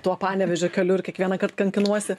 tuo panevėžio keliu ir kiekvienąkart kankinuosi